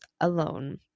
alone